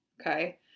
Okay